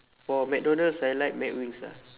for macdonald's I like mcwings ah